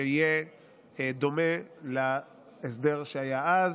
שיהיה דומה להסדר שהיה אז.